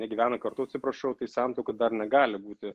negyvena kartu atsiprašau tai santuoka dar negali būti